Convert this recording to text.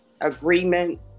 agreement